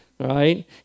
Right